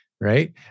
right